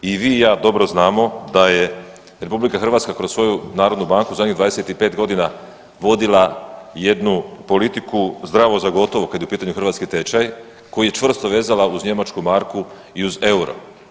I vi i ja dobro znamo da je Republika Hrvatska kroz svoju Narodnu banku zadnjih 25 godina vodila jednu politiku zdravo za gotovo kada je u pitanju hrvatski tečaj koji je čvrsto vezala uz njemačku marku i uz euro.